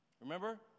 Remember